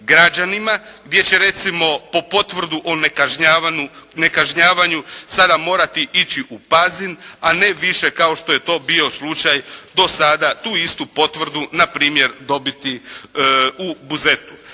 građanima, gdje će recimo po potvrdu o nekažnjavanju sada morati ići u Pazin, a ne više kao što je to bio slučaj dosada tu istu potvrdu na primjer dobiti u Buzetu.